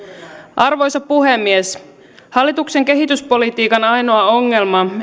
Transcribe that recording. arvoisa puhemies hallituksen kehityspolitiikan ainoa ongelma